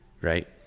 right